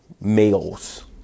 males